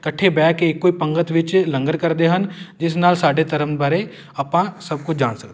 ਇਕੱਠੇ ਬਹਿ ਕੇ ਇੱਕੋ ਹੀ ਪੰਗਤ ਵਿੱਚ ਲੰਗਰ ਕਰਦੇ ਹਨ ਜਿਸ ਨਾਲ ਸਾਡੇ ਧਰਮ ਬਾਰੇ ਆਪਾਂ ਸਭ ਕੁਝ ਜਾਣ ਸਕਦੇ ਹਾਂ